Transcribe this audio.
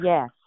Yes